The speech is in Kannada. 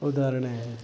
ಉದಾಹರಣೆ